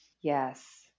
yes